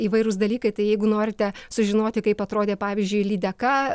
įvairūs dalykai tai jeigu norite sužinoti kaip atrodė pavyzdžiui lydeka